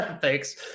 thanks